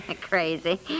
Crazy